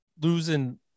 Losing